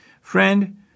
Friend